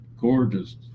gorgeous